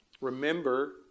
Remember